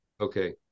Okay